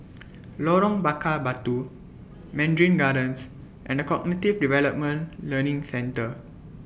Lorong Bakar Batu Mandarin Gardens and The Cognitive Development Learning Centre